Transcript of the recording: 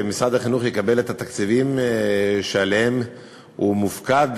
משרד החינוך יקבל את התקציבים שעליהם הוא מופקד